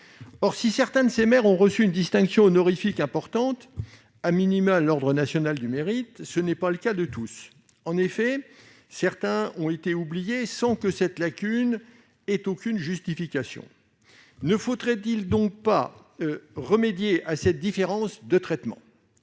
Or si certains d'entre eux ont reçu une distinction honorifique importante, au moins l'ordre national du mérite, ce n'est pas le cas de tous. Quelques-uns ont été oubliés, sans que cette lacune ait aucune justification. Ne faudrait-il pas remédier à cette différence de traitement ?